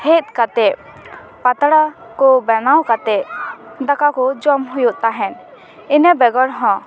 ᱦᱮᱡ ᱠᱟᱛᱮᱫ ᱯᱟᱛᱲᱟ ᱠᱚ ᱵᱮᱱᱟᱣ ᱠᱟᱛᱮ ᱫᱟᱠᱟ ᱠᱚ ᱡᱚᱢ ᱦᱩᱭᱩᱜ ᱛᱟᱦᱮᱸ ᱤᱱᱟᱹ ᱵᱮᱜᱚᱨ ᱦᱚᱸ